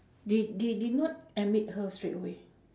they they did not admit her straightaway